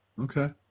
okay